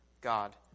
God